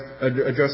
address